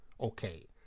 okay